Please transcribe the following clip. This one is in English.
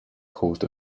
caused